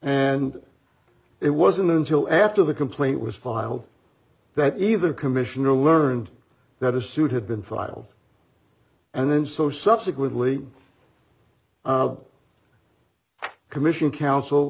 and it wasn't until after the complaint was filed that even commissioner learned that a suit had been filed and then so subsequently commission counsel